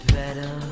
better